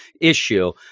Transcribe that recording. issue